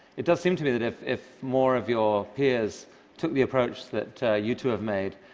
it does seem to me that if if more of your peers took the approach that you two have made,